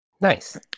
Nice